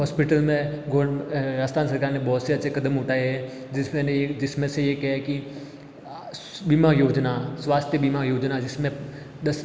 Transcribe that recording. hospital में राजस्थान सरकार ने बहुत से अच्छे कदम उठाए हैं जिसमें ने ये जिसमें से ये है कि बीमा योजना स्वास्थ्य बीमा योजना जिसमें दस